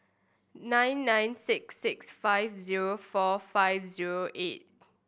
nine nine six six five zero four five zero eight